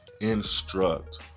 Instruct